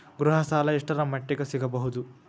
ಗೃಹ ಸಾಲ ಎಷ್ಟರ ಮಟ್ಟಿಗ ಸಿಗಬಹುದು?